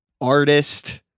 artist